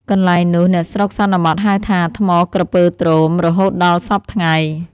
កន្លែងនោះ អ្នកស្រុកសន្មតហៅថា ថ្មក្រពើទ្រោម រហូតដល់សព្វថ្ងៃ ។